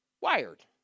wired